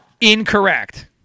Incorrect